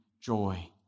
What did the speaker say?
joy